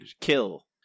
Kill